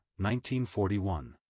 1941